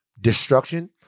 destruction